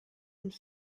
und